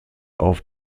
auf